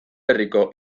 herriko